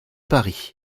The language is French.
paris